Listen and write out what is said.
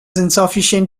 insufficient